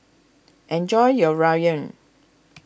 enjoy your Ramyeon